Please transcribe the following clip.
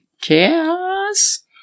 chaos